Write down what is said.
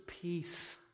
peace